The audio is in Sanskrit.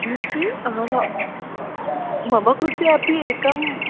किं किम् अहं मम कृते अपि एकम्